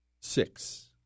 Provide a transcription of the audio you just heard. Six